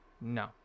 No